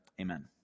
amen